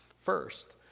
first